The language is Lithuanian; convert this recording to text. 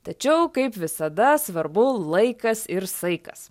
tačiau kaip visada svarbu laikas ir saikas